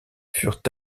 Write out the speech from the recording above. furent